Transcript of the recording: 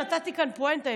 נתתי כאן פואנטה.